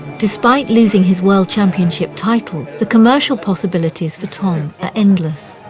despite losing his world championship title, the commercial possibilities for tom are endless.